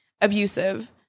abusive